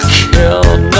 killed